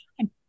time